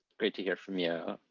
great to hear from you.